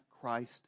Christ